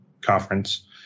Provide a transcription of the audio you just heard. conference